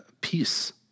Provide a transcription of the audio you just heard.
Peace